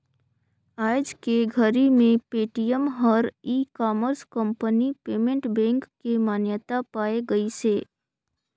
आयज के घरी मे पेटीएम हर e commerce company payment bank के मान्यता पाए गइसे